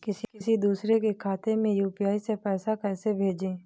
किसी दूसरे के खाते में यू.पी.आई से पैसा कैसे भेजें?